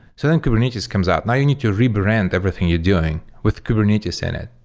so then kubernetes comes out. now you need to rebrand everything you're doing with kubernetes in it.